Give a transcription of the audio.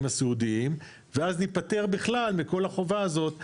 הסיעודיים ואז נפטר בכלל מכל החובה הזאת,